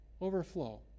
overflow